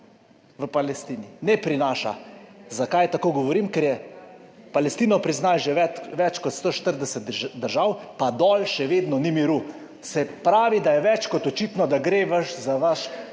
v Palestini, ne prinaša. Zakaj tako govorim? Ker je Palestino priznalo že več kot 140 držav, pa dol še vedno ni miru. Se pravi, da je več kot očitno, da gre za vašo